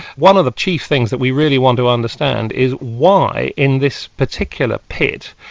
one of the chief things that we really want to understand is why in this particular pit,